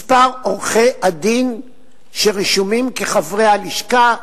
מספר עורכי-הדין שרשומים כחברי הלשכה.